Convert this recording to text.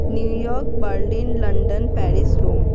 New York Berlin London Paris Rome